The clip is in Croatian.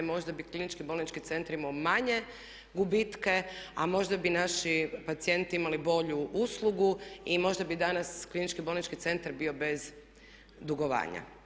Možda bi Klinički bolnički centar imao manje gubitke, a možda bi naši pacijenti imali bolju uslugu i možda bi danas Klinički bolnički centar bio bez dugovanja.